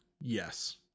yes